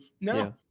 no